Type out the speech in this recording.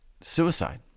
suicide